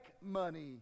money